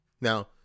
now